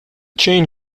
chain